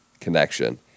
connection